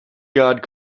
god